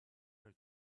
her